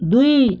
ଦୁଇ